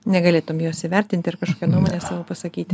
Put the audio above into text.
negalėtum jos įvertinti ir kažkokią nuomonę savo pasakyti